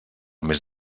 mes